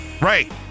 right